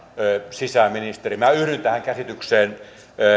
sisäministeri minä yhdyn tähän käsitykseen